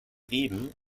reben